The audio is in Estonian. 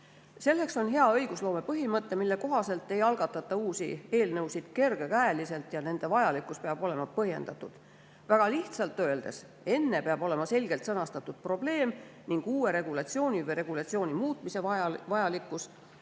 Selleks on hea õigusloome põhimõte, mille kohaselt ei algatata uusi eelnõusid kergekäeliselt ja nende vajalikkus peab olema põhjendatud. Väga lihtsalt öeldes: enne peab olema selgelt sõnastatud probleem ning uue regulatsiooni või regulatsiooni muutmise vajalikkus,